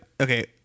okay